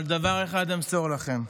אבל דבר אחד אמסור לכם: